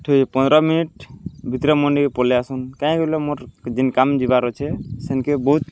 ଠିକ୍ ଅଛେ ପନ୍ଦ୍ର ମିନିଟ୍ ଭିତ୍ରେ ମର୍ନିକେ ପଲେଇ ଆସନ୍ କାଁଯେ ବଏଲେ ମୋର୍ ଯେନ୍ କାମ୍ ଯିବାର୍ ଅଛେ ସେନ୍କେ ବହୁତ୍